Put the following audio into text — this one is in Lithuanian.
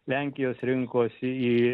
lenkijos rinkosi į